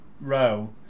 row